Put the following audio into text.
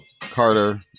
Carter